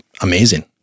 amazing